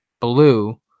blue